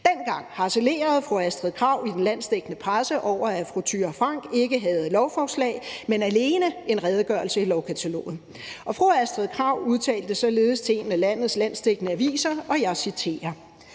Dengang harcelerede fru Astrid Krag i den landsdækkende presse over, at fru Thyra Frank ikke havde lovforslag, men alene en redegørelse i lovkataloget. Fru Astrid Krag udtalte således til en af landets landsdækkende aviser, og jeg citerer: